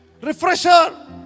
Refresher